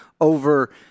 over